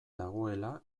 dagoela